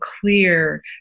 clear